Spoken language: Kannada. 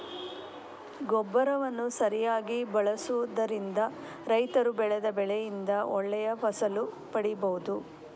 ಗೊಬ್ಬರವನ್ನ ಸರಿಯಾಗಿ ಬಳಸುದರಿಂದ ರೈತರು ಬೆಳೆದ ಬೆಳೆಯಿಂದ ಒಳ್ಳೆ ಫಸಲು ಪಡೀಬಹುದು